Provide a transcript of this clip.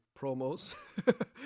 promos